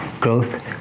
growth